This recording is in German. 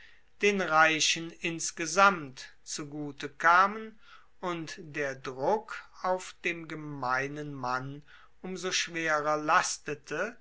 den reichen insgesamt zugute kamen und der druck auf dem gemeinen mann um so schwerer lastete